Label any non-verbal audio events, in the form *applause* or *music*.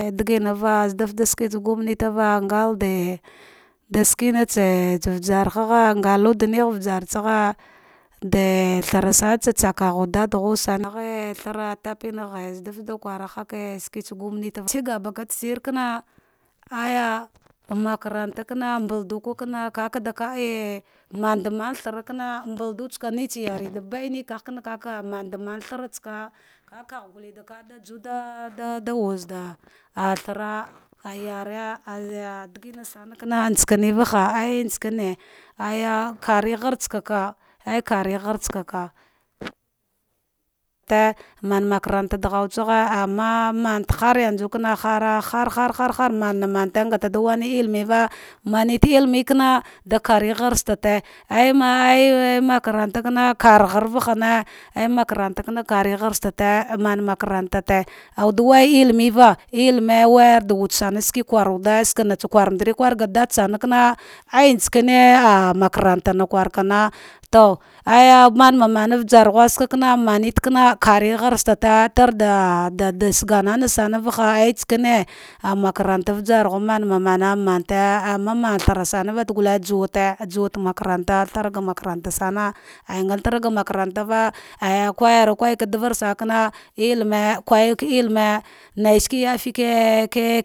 A daginava zada fta ske tsa gomantiva ngal de de skenetse usarha ghe, ngaludghe ujarsaghe de thara sanatsakughu dadaghu ghe thara tapenagh sadatda kware skatsa gomanja cigabaka dashni kana aja makaranta kana mbaldukana kada kar e mamanda tharakana, mbaldu tsaka nitsa yare da baineka kakamamadan ihara tska, kaka gha gule dada wunda thara ayare a dagma sama kana tsakane vaha el tsakane aya karigh a tsaka ka eya karighatsaka te manmakarat daghuw tsage, amma man hara har mar har mab ngate da wayar man unidla da kari ghestate *unintelligible* makaratakana ej kar ghare state makarata awude waya ihidea ihru wajarda wude sane ske kurwude, sakan tsa kwarmadir kwar dada bana kana eg tsare are makaratana kwar vana ta aja mamanan vjara gb mainetana kare gharstate dada sazana nasana vagha ah makarata vjarghu mama na ama mathanaganavate juwata makata makaranta sama engathara ga makaratava aya jwaya kawal tavar sanakana ilme kagaka ilime naiske yafi va l hincha.